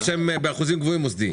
שהם באחוזים גבוהים מוסדיים.